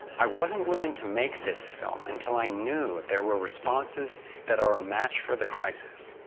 i wasn't willing to make this film until i knew there were responses that are match for the crisis.